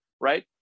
right